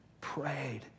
prayed